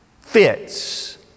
fits